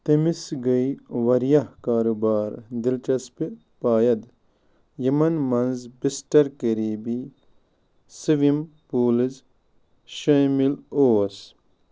تٔمِس گٔے واریاہ کاربار دِلچسپی پایَد یِمن منٛز بسٹر قریبی سوِم پوٗلز شٲمل اوس